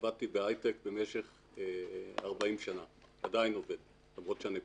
עבדתי בהיי-טק במשך 40 שנים ועדיין עובד למרות שאני פנסיונר.